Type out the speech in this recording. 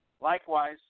Likewise